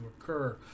occur